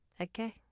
okay